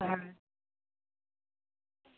হ্যাঁ